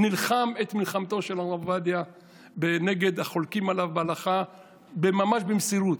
נלחם את מלחמתו של הרב עובדיה נגד החולקים עליו בהלכה ממש במסירות,